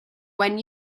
when